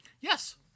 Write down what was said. Yes